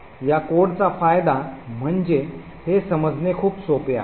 या कोडचा फायदा म्हणजे हे समजणे खूप सोपे आहे